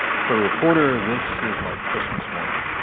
for a reporter, this is like christmas morning.